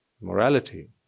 morality